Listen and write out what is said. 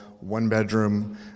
one-bedroom